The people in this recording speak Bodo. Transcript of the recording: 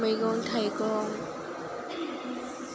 मैगं थाइगं